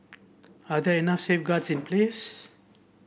are there enough safeguards in place